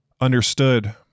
Understood